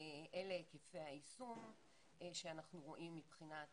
אלה היקפי היישום שאנחנו רואים מבחינת